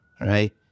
right